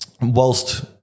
whilst